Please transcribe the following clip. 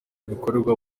bikorerwa